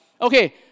Okay